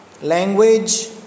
Language